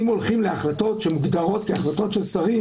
אם הולכים להחלטות שמוגדרות כהחלטות של שרים,